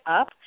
Up